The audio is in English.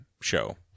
show